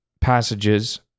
passages